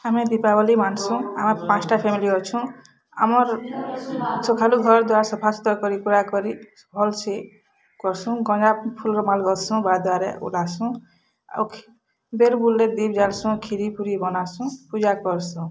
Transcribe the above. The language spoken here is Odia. ଆମେ ଦୀପାବଲୀ ମାନ୍ସୁଁ ଆ ପାନ୍ଷ୍ଟା ଫ୍ୟାମିଲି ଅଛୁଁ ଆମର୍ ସଖାଲୁ ଘର୍ ଦ୍ୱାର୍ ସଫା ସୁତର୍ କରି କୁରା କରି ଭଲ୍ସେ କର୍ସୁଁ ଗଙ୍ଗା ଫୁଲ୍ ମାଲ୍ ଦସୁଁ ଘର ଦ୍ଵାରେ ଆଉ ବେଲ୍ବୁଡ଼ଲେ ଦୀପ୍ ଜାଲ୍ସୁଁ ଖିରି ପୁରୀ ବନାସୁଁ ପୂଜା କର୍ସୁଁ